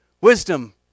wisdom